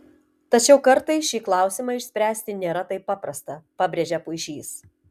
tačiau kartais šį klausimą išspręsti nėra taip paprasta pabrėžia puišys